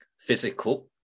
physical